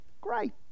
great